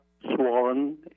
swollen